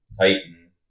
Titan